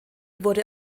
wurde